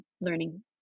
learning